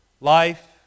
life